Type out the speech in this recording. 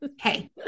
Hey